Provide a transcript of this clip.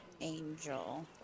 Angel